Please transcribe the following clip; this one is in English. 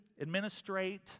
administrate